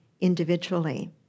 individually